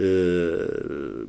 er